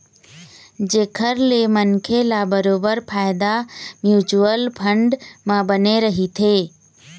जेखर ले मनखे ल बरोबर फायदा म्युचुअल फंड म बने रहिथे